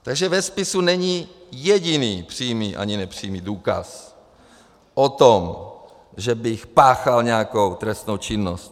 Takže ve spise není jediný přímý ani nepřímý důkaz o tom, že bych páchal nějakou trestnou činnost.